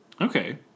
Okay